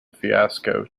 fiasco